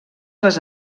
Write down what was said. les